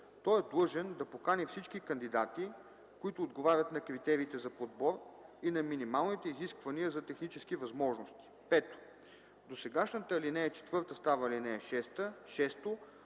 той е длъжен да покани всички кандидати, които отговарят на критериите за подбор и на минималните изисквания за технически възможности.” 5. Досегашната ал. 4 става ал. 6. 6.